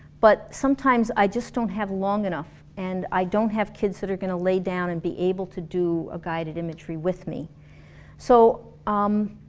but sometimes i just don't have long enough and i don't have kids that are gonna lay down and be able to do guided imagery with me so, um